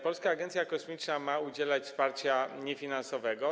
Polska Agencja Kosmiczna ma udzielać wsparcia niefinansowego.